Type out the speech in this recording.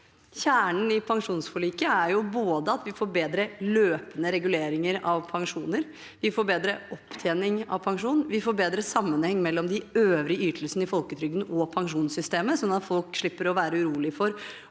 Kjernen i pensjonsforliket er både at vi får bedre løpende reguleringer av pensjoner, at vi får bedre opptjening av pensjon, og at vi får bedre sammenheng mellom de øvrige ytelsene i folketrygden og pensjonssystemet, sånn at folk slipper å være urolig for